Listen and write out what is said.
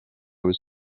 was